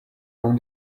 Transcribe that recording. own